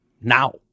now